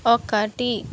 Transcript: ఒకటి